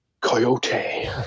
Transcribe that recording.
Coyote